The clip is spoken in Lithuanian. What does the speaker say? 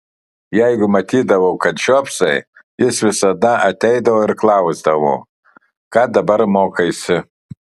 jeigu matydavo kad žiopsai jis visada ateidavo ir klausdavo ką dabar mokaisi